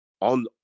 on